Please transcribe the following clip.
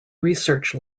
research